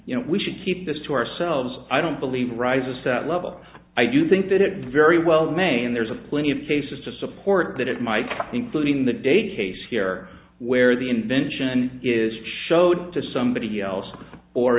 you know we should keep this to ourselves i don't believe it rises that level i do think that it very well may and there's a plenty of cases to support that it might including the date case here where the invention is showed to somebody else or